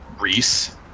Reese